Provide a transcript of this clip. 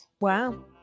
Wow